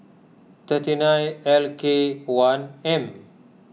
thirty nine L K one M